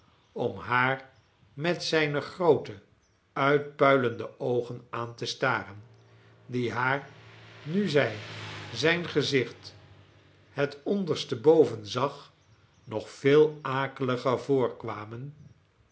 om haar met zijne groote uitpuilende oogen aan te staren die haar nu zij zijn gezicht het onderste boven zag nog veel akeliger voorkwamen